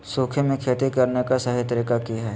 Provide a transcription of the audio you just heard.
सूखे में खेती करने का सही तरीका की हैय?